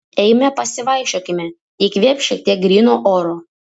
eime pasivaikščiokime įkvėpk šiek tiek gryno oro